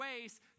ways